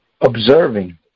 observing